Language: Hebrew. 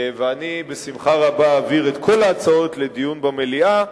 ואני בשמחה רבה אעביר את כל ההצעות לדיון במליאה,